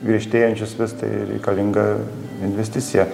griežtėjančius vis tai reikalinga investicija